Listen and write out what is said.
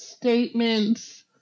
statements